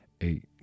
eight